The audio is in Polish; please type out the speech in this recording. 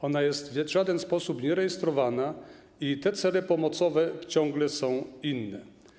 Ona jest w żaden sposób nierejestrowana i cele pomocowe ciągle są inne.